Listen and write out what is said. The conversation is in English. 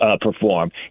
perform